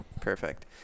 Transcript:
Perfect